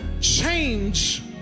Change